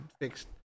fixed